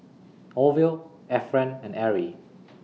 Orville Efren and Arrie